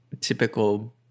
typical